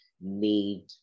need